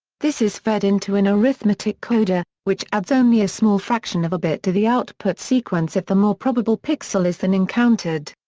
this is fed into an arithmetic coder, which adds only a small fraction of a bit to the output sequence if the more probable pixel is then encountered.